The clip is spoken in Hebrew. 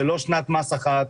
זה לא שנת מס אחת,